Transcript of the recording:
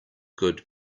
good